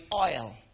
oil